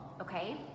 okay